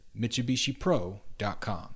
MitsubishiPro.com